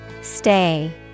stay